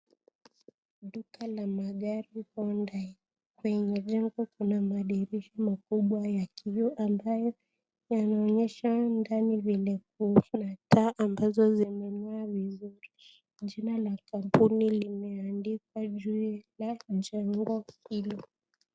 Duka kubwa la magari kwenye duka kuna madirisha makubwa ya kioo ambayo yanaonyesha mwangaza na taa zinazong'aa vizuri jina la kampuni limeandikwa juu ya jengo hilo.